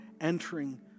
entering